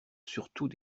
surtout